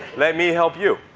let me help you.